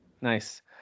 Nice